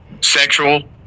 sexual